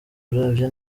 uravye